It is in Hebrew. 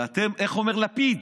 איך אומר לפיד?